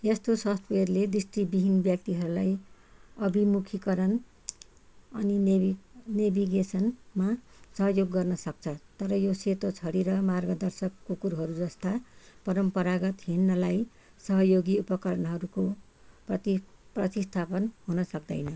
यस्तो सफ्टवेयरले दृष्टिविहीन व्यक्तिहरूलाई अभिमुखीकरण अनि नेवि नेविगेसनमा सहयोग गर्नसक्छ तर यो सेतो छडी र मार्गदर्शक कुकुरहरू जस्ता परम्परागत हिँड्नलाई सहयोगी उपकरणहरूको प्रति प्रतिस्थापन हुन सक्दैन